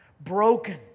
broken